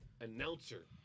announcer